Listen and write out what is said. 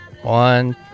One